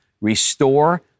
restore